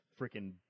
freaking